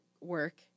work